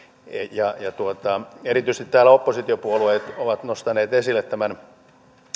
kun täällä oppositiopuolueet erityisesti ovat nostaneet esille tämän